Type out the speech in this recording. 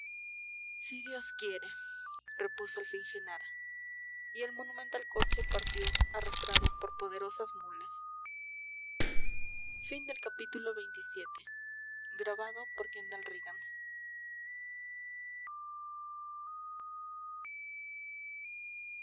si dios quiere repuso al fin genara y el monumental coche partió arrastrado por poderosas mulas